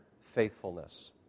faithfulness